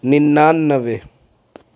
ننانوے